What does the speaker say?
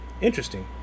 interesting